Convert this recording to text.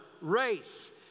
race